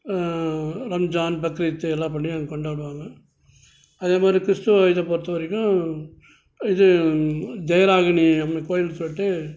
ரம்ஜான் பக்ரீத் எல்லாம் பண்டிகையும் அங்கே கொண்டாடுவாங்க அதே மாதிரி கிறிஸ்துவ இதை பொருத்த வரைக்கும் இது ஜெயராகினி அம்மன் கோவிலுன்னு சொல்லிட்டு